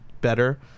better